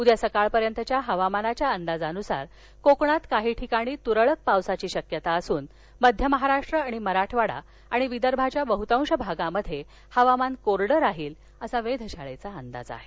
उद्या सकाळपर्यंतच्या हवामानाच्या अंदाजानुसार कोकणात काही ठिकाणी तुरळक पावसाची शक्यता असून मध्य महाराष्ट्र मराठवाडा आणि विदर्भाच्या बहतांश भागात हवामान कोरडं राहील असा वेधशाळेचा अंदाज आहे